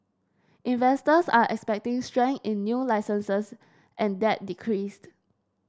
investors are expecting strength in new licences and that decreased